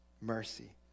Mercy